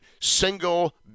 single